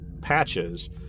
patches